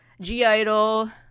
G-idol